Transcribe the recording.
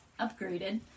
upgraded